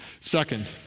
Second